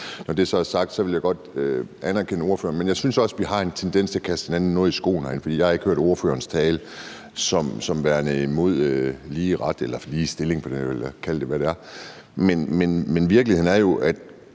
Når det så er sagt, vil jeg godt anerkende ordføreren. Men jeg synes også, vi har en tendens til at skyde hinanden noget i skoene herinde, for jeg har ikke hørt ordførerens tale som værende imod lige ret eller ligestilling, kald det, hvad man vil. Men virkeligheden er jo, at